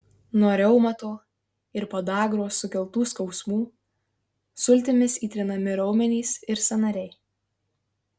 nuo reumato ir podagros sukeltų skausmų sultimis įtrinami raumenys ir sąnariai